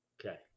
Okay